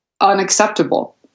unacceptable